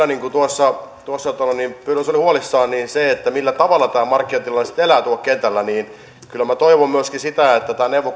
niin kuin tuossa tuossa pylväs oli huolissaan siitä millä tavalla tämä markkinatilanne sitten elää tuolla kentällä niin kyllä minä toivon myöskin sitä että tämä neuvo